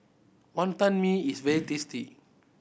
Wonton Mee is very tasty